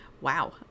Wow